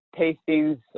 tastings